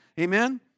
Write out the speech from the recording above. Amen